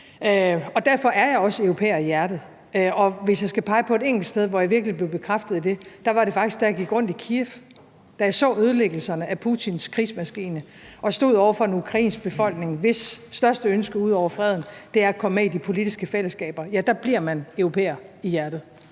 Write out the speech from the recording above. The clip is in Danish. og derfor er jeg også europæer i hjertet. Og hvis jeg skal pege på et enkelt punkt, hvor jeg virkelig blev bekræftet i det, var det faktisk, da jeg gik rundt i Kyiv; ved at se ødelæggelserne fra Putins krigsmaskine og stå over for en ukrainsk befolkning, hvis største ønske ud over freden er at komme med i de politiske fællesskaber, ja, der bliver man jo europæer i hjertet.